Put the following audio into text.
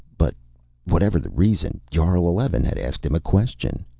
but whatever the reason, jarl eleven had asked him a question.